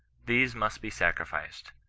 these must be sacrificed,